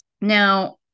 Now